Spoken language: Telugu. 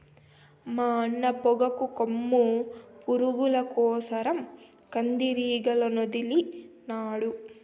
మా అన్న పొగాకు కొమ్ము పురుగుల కోసరం కందిరీగలనొదిలినాడు